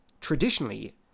traditionally